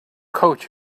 coach